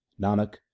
Nanak